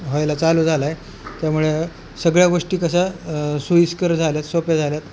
व्हायला चालू झाला आहे त्यामुळे सगळ्या गोष्टी कसं सोयीस्कर झाल्या आहेत सोप्या झाल्या आहेत